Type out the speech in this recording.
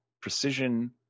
Precision